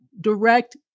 direct